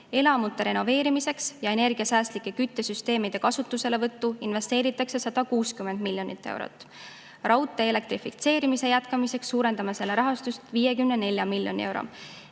Elamute renoveerimiseks ja energiasäästlike küttesüsteemide kasutuselevõtuks investeeritakse 160 miljonit eurot. Raudtee elektrifitseerimise jätkamiseks suurendame selle rahastust 54 miljoni euro